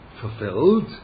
Fulfilled